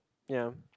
ya